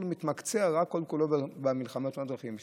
מתמקצע כל-כולו רק במלחמה בתאונות דרכים.